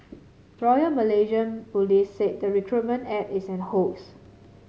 royal Malaysian Police said the recruitment ad is a hoax